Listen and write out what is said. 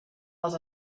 els